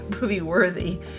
movie-worthy